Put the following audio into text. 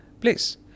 place